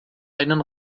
einen